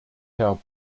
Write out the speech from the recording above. herr